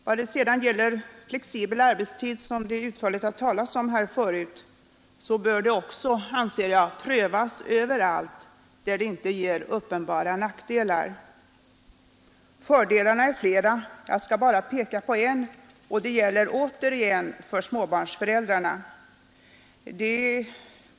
Vad sedan gäller den flexibla arbetstiden, som det har talats utförligt om här tidigare, bör även den prövas överallt där den inte medför uppenbara nackdelar. Fördelarna är flera — jag skall bara peka på en, och det gäller återigen småbarnsföräldrarna.